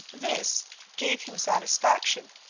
this gave him satisfaction,